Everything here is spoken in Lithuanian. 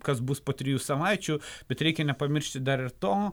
kas bus po trijų savaičių bet reikia nepamiršti dar ir to